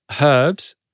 herbs